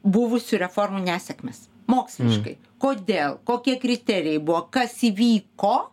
buvusių reformų nesėkmes moksliškai kodėl kokie kriterijai buvo kas įvyko